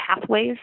pathways